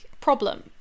problem